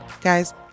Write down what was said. guys